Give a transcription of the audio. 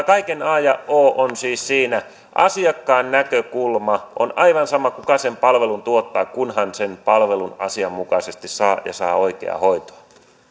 kaiken a ja o on siis asiakkaan näkökulma on aivan sama kuka sen palvelun tuottaa kunhan saa sen palvelun asianmukaisesti ja saa oikeaa hoitoa